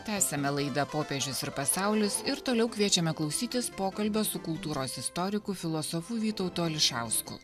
tęsiame laidą popiežius ir pasaulis ir toliau kviečiame klausytis pokalbio su kultūros istoriku filosofu vytautu ališausku